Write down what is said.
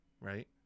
right